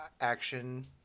action